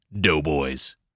Doughboys